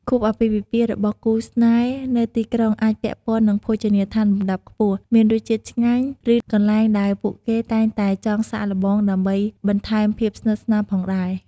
ខួបអាពាហ៍ពិពាហ៍របស់គូស្នេហ៍នៅទីក្រុងអាចពាក់ព័ន្ធនឹងភោជនីយដ្ឋានលំដាប់ខ្ពស់ មានរសជាតិឆ្ងាញ់ ឬកន្លែងដែលពួកគេតែងតែចង់សាកល្បងដើម្បីបន្ថែមភាពស្និតស្នាលផងដែរ។